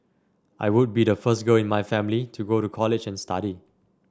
I would be the first girl in my family to go to college and study